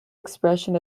expression